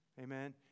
Amen